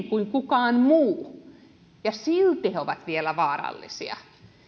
kuin kukaan muu ja silti he ovat vielä vaarallisia